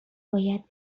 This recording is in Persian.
باید